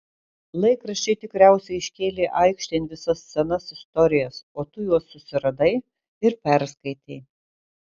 laikraščiai tikriausiai iškėlė aikštėn visas senas istorijas o tu juos susiradai ir perskaitei